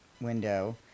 window